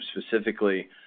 specifically